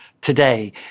today